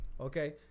okay